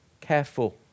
careful